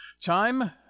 Time